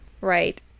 Right